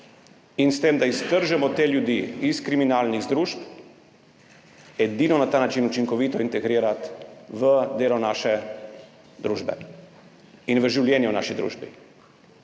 in s tem, da iztrgamo te ljudi iz kriminalnih združb, edino na ta način učinkovito integrirati v delo naše družbe in v življenje v naši družbi.